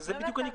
יש הרבה חברות